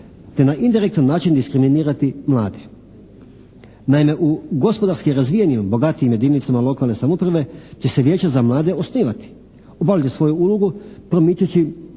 te na indirektan način diskriminirati mlade. Naime, u gospodarski razvijenim bogatijim jedinicama lokalne samouprave će se vijeća za mlade osnivati, obavljati svoju ulogu promičući